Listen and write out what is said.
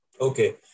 Okay